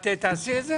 את תעשי את זה?